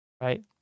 right